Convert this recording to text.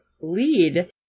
lead